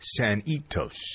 Sanitos